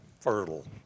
fertile